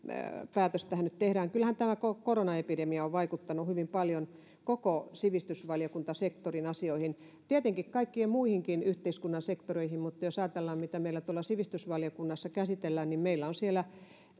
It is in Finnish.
päätös tähän nyt tehdään kyllähän tämä koko koronaepidemia on vaikuttanut hyvin paljon koko sivistysvaliokuntasektorin asioihin tietenkin kaikkiin muihinkin yhteiskunnan sektoreihin mutta jos ajatellaan mitä meillä tuolla sivistysvaliokunnassa käsitellään niin meillä on siellä